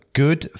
good